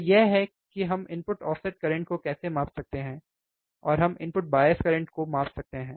तो यह है कि हम इनपुट ऑफ़सेट करंट को कैसे माप सकते हैं और हम इनपुट बायस करंट को माप सकते हैं